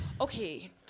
okay